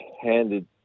handed